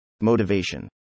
Motivation